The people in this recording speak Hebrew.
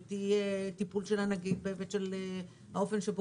שתהיה טיפול של הנגיד בהיבט של האופן שבו